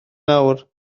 nawr